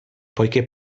poiché